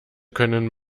können